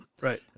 right